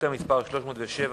שאילתא מס' 307,